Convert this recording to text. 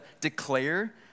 declare